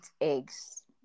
eggs